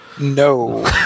No